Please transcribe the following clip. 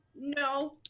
No